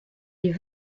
les